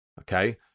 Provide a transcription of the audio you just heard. Okay